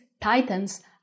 titans